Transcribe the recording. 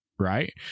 Right